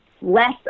less